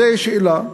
זו שאלה.